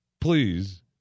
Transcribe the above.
Please